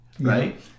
right